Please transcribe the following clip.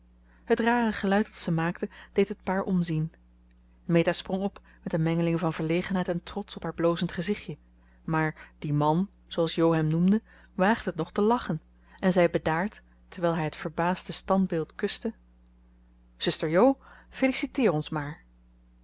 het rare geluid dat ze maakte deed het paar omzien meta sprong op met een mengeling van verlegenheid en trots op haar blozend gezichtje maar die man zooals jo hem noemde waagde het nog te lachen en zei bedaard terwijl hij het verbaasde standbeeld kuste zuster jo feliciteer ons maar